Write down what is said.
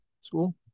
school